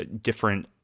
different